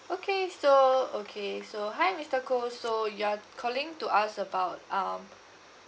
okay so okay so hi mister koh so you're calling to ask about um